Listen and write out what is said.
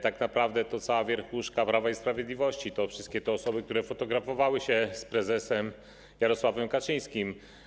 Tak naprawdę to cała wierchuszka Prawa i Sprawiedliwości, wszystkie te osoby, które fotografowały się z prezesem Jarosławem Kaczyńskim.